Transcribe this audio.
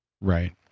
Right